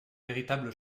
véritable